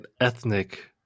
ethnic